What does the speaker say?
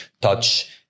touch